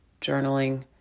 journaling